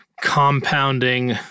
compounding